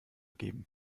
geben